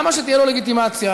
למה שתהיה לו לגיטימציה?